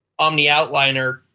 OmniOutliner